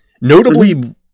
Notably